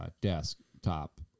desktop